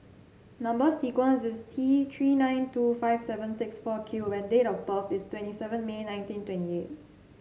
number sequence is T Three nine two five seven six four Q and date of birth is twenty seven May nineteen twenty eight